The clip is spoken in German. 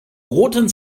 roten